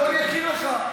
בוא אני אכיר לך.